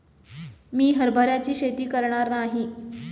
मी हरभऱ्याची शेती करणार नाही